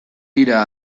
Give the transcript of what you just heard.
dira